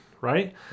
right